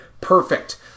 perfect